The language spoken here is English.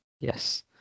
Yes